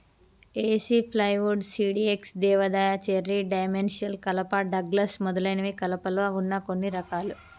ఏసి plywood, CDX, దేవదారు, cherry, dimensional కలప, Douglas మొదలైనవి కలపలో వున్న కొన్ని రకాలు